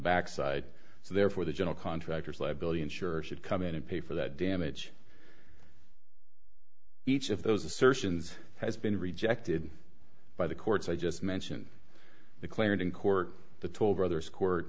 back side so therefore the general contractors liability insurance should come in and pay for that damage each of those assertions has been rejected by the courts i just mentioned the clarendon court